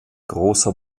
großer